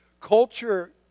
culture